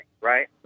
right